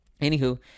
Anywho